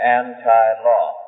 anti-law